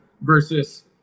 versus